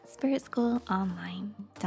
spiritschoolonline.com